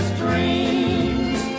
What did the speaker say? dreams